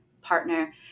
partner